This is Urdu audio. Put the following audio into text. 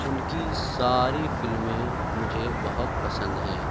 ان کی ساری فلمیں مجھے بہت پسند ہیں